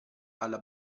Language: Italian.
alla